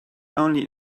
only